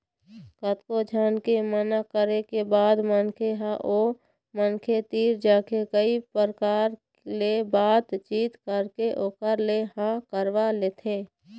कतको झन के मना करे के बाद मनखे ह ओ मनखे तीर जाके कई परकार ले बात चीत करके ओखर ले हाँ करवा लेथे